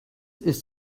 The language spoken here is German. ist